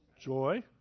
Joy